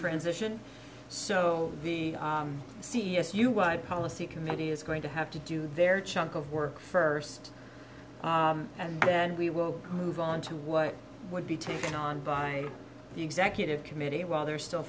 transition so be c s u wide policy committee is going to have to do their chunk of work first and then we will move on to what would be taken on by the executive committee while they're still